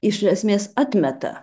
iš esmės atmeta